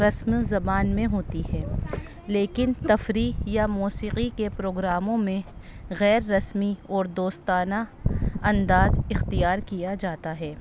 رسم زبان میں ہوتی ہے لیکن تفریح یا موسیقی کے پروگراموں میں غیر رسمی اور دوستانہ انداز اختیار کیا جاتا ہے